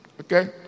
okay